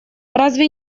разве